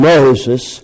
Moses